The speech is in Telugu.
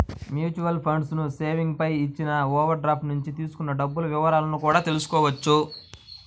మ్యూచువల్ ఫండ్స్ సేవింగ్స్ పై ఇచ్చిన ఓవర్ డ్రాఫ్ట్ నుంచి తీసుకున్న డబ్బుల వివరాలను కూడా తెల్సుకోవచ్చు